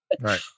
Right